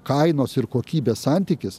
kainos ir kokybės santykis